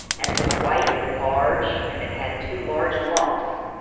and it was white and large, and it had two large lamps.